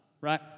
right